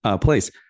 place